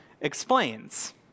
explains